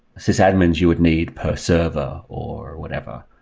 sysadmins you would need per server, or whatever.